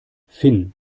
finn